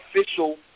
Official